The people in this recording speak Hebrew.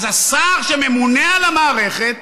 אז השר שממונה על המערכת אומר: